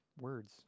words